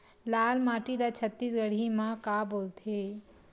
लाल माटी ला छत्तीसगढ़ी मा का बोलथे?